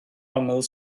ongl